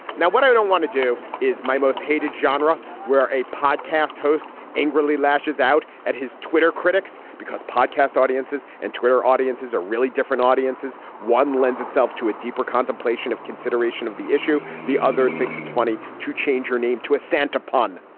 now, what i don't want to do is my most hated genre, where a podcast host angrily lashes out at his twitter critics because podcast audiences and twitter audiences are really different audiences. one lends itself to a deeper contemplation of consideration of the issue. the other thinks it's funny to change her name to a santa pun,